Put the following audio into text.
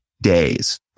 days